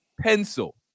pencil